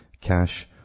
cash